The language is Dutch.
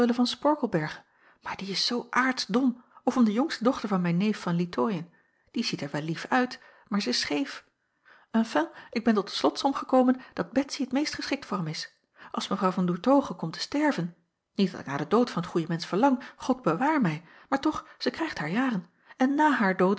van sporkelberghe maar die is zoo aartsdom of om de jongste dochter van mijn neef van littoien die ziet er wel lief uit maar zij is scheef enfin ik ben tot de slotsom gekomen dat betsy t meest geschikt voor hem is als mevrouw van doertoghe komt te sterven niet dat ik naar den dood van t goeie mensch verlang god bewaar mij maar toch zij krijgt haar jaren en na haar dood